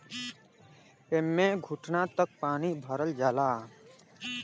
एम्मे घुटना तक पानी भरल जाला